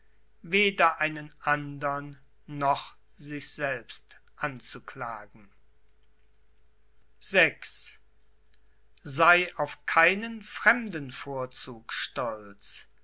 weder einen andern noch sich selbst anzuklagen thörichter stolz vi sei auf keinen fremden vorzug stolz